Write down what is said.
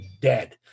dead